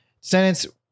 sentence